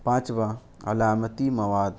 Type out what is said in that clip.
پانچواں علامتی مواد